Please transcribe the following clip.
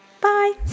Bye